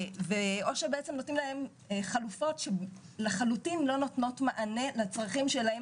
או שבעצם נותנים להם חלופות שלחלוטין לא נותנות מענה לצרכים שלהם,